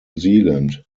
zealand